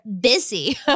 busy